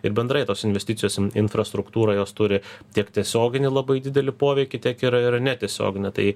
ir bendrai tos investicijos infrastruktūrą jos turi tiek tiesioginį labai didelį poveikį tiek ir ir netiesioginį tai